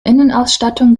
innenausstattung